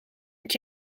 het